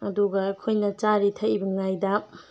ꯑꯗꯨꯒ ꯑꯩꯈꯣꯏꯅ ꯆꯥꯔꯤ ꯊꯛꯂꯤꯉꯩꯗ